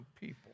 people